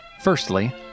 Firstly